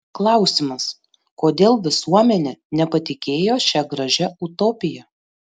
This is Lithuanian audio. klausimas kodėl visuomenė nepatikėjo šia gražia utopija